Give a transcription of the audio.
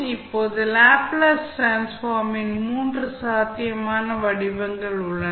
இப்போது Laplace transform ன் மூன்று சாத்தியமான வடிவங்கள் உள்ளன